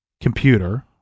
computer